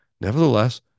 nevertheless